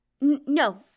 No